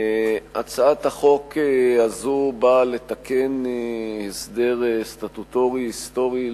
הצעת החוק הזו באה לתקן הסדר סטטוטורי-היסטורי,